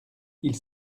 ils